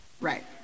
Right